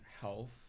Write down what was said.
health